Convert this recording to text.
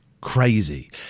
Crazy